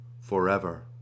forever